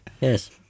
Yes